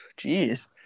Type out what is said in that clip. jeez